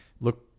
look